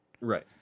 Right